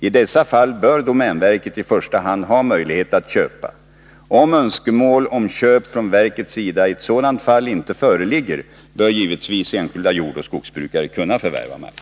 I dessa fall bör domänverket i första hand ha möjlighet att köpa. Om önskemål om köp från verkets sida i ett sådant fall inte föreligger, bör givetvis enskilda jordoch skogsbrukare kunna förvärva mark.